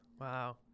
Wow